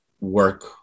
work